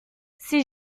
ces